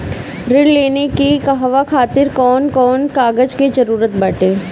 ऋण लेने के कहवा खातिर कौन कोन कागज के जररूत बाटे?